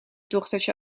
dochtertje